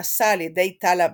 שנעשה על ידי טלה בר,